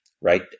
right